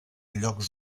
llocs